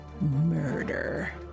murder